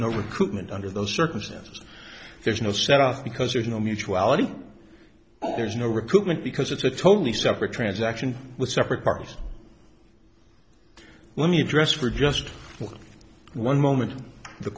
no recruitment under those circumstances there's no set off because there's no mutuality there's no recoupment because it's a totally separate transaction with separate partners let me address for just one moment the